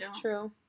True